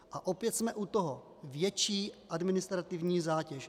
A opět jsme u toho, větší administrativní zátěž.